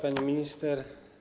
Pani Minister!